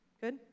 good